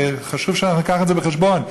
וחשוב שאנחנו נביא את זה בחשבון,